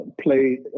Played